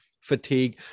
fatigue